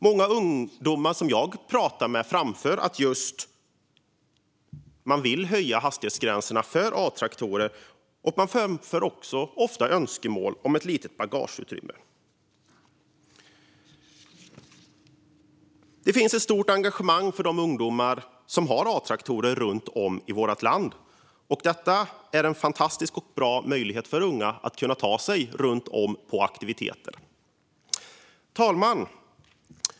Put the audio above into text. Många ungdomar som jag har talat med framför önskemål om höjd hastighetsgräns för A-traktorer. Man framför också ofta önskemål om ett litet bagageutrymme. Det finns ett stort engagemang för de ungdomar som har A-traktorer runt om i vårt land. Detta är en fantastiskt bra möjlighet för unga att ta sig till olika aktiviteter. Fru talman!